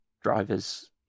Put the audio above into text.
drivers